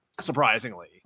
surprisingly